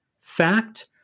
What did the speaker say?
Fact